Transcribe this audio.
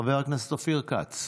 חבר הכנסת אופיר כץ,